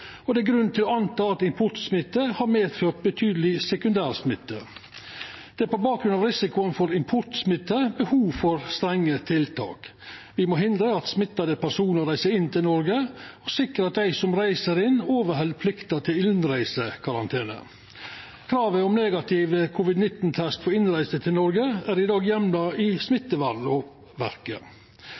og det er grunn til å tru at importsmitte har ført til betydeleg sekundærsmitte. Det er på bakgrunn av risikoen for importsmitte behov for strenge tiltak. Me må hindra at smitta personar reiser inn i Noreg, og sikra at dei som reiser inn, overheld plikta til innreisekarantene. Kravet om negativ covid-19-test for innreise til Noreg er i dag heimla i